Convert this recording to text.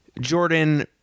Jordan